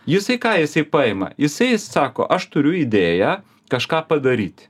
jisai ką jisai paima jisai sako aš turiu idėją kažką padaryti